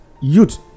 youth